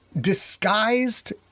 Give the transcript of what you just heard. disguised